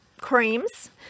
creams